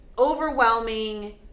overwhelming